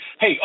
Hey